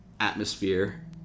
atmosphere